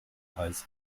heiß